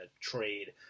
trade